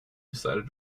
decided